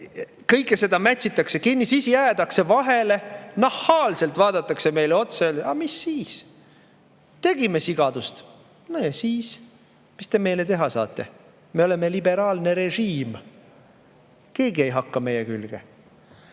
Kõike seda mätsitakse kinni. Ja kui jäädakse vahele, siis nahaalselt vaadatakse meile otsa ja öeldakse: "Aga mis siis? Tegime sigadust, no ja siis?! Mis te meile teha saate? Me oleme liberaalne režiim, keegi ei hakka meie külge!"